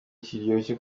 kiryoshye